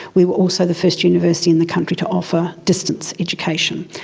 we were also the first university in the country to offer distance education.